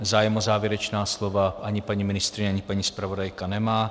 Zájem o závěrečná slova ani paní ministryně ani paní zpravodajka nemá.